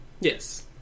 Yes